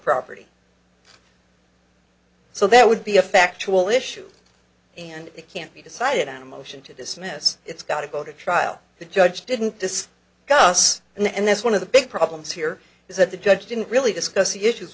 property so that would be a factual issue and it can't be decided on a motion to dismiss it's got to go to trial the judge didn't this got us in and that's one of the big problems here is that the judge didn't really discuss the issue